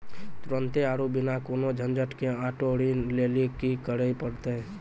तुरन्ते आरु बिना कोनो झंझट के आटो ऋण लेली कि करै पड़तै?